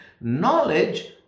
Knowledge